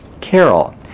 Carol